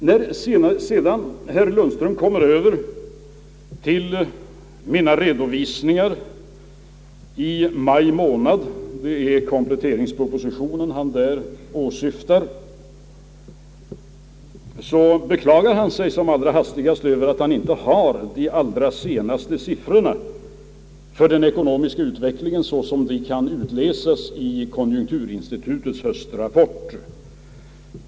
Sedan kommer herr Lundström in på mina redovisningar i maj månad — det är kompletteringspropositionen han åsyftar — och beklagar sig som allra hastigast över att han inte har tillgång till de senaste siffrorna beträffande den ekonomiska utvecklingen sådana de kan utläsas i konjunkturinstitutets höstrapport.